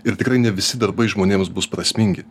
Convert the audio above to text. ir tikrai ne visi darbai žmonėms bus prasmingi